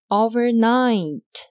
overnight